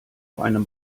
einem